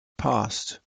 past